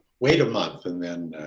wait a month and then.